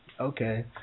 okay